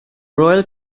royal